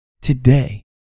today